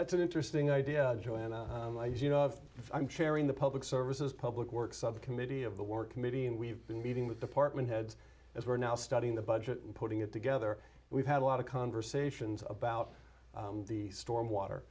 that's an interesting idea joanna i'm chairing the public services public works committee of the work committee and we've been meeting with department heads as we're now studying the budget and putting it together we've had a lot of conversations about the stormwater